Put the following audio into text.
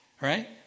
right